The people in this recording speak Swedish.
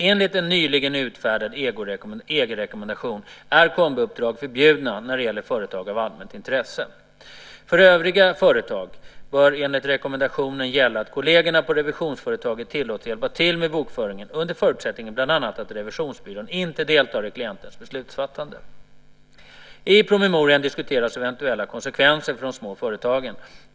Enligt en nyligen utfärdad EG-rekommendation är kombiuppdrag förbjudna när det gäller företag av allmänt intresse. För övriga företag bör enligt rekommendationen gälla att kollegerna på revisionsföretaget tillåts hjälpa till med bokföringen, under förutsättning bland annat att revisionsbyrån inte deltar i klientens beslutsfattande. I promemorian diskuteras eventuella konsekvenser för de små företagen.